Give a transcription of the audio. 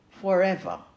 forever